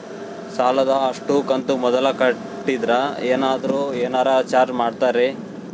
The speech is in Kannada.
ಸಾಲದ ಅಷ್ಟು ಕಂತು ಮೊದಲ ಕಟ್ಟಿದ್ರ ಏನಾದರೂ ಏನರ ಚಾರ್ಜ್ ಮಾಡುತ್ತೇರಿ?